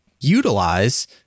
utilize